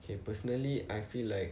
okay personally I feel like